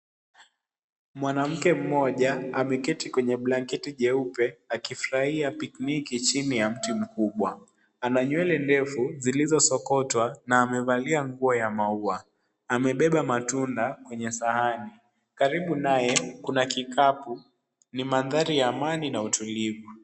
Mwanamke mmoja ameketi kwenye blanketi jeupe akifurahia picnic chini ya mti mkubwa. Ana nywele ndefu zilizosokotwa na amevalia nguo ya maua. Amebeba matunda kwenye sahani. Karibu naye kuna kikapu. Ni mandhari ya amani na utulivu.